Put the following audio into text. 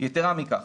יתרה מכך.